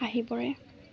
আহি পৰে